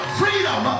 freedom